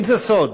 אין זה סוד